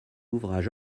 ouvrages